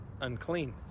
unclean